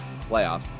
playoffs